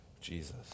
Jesus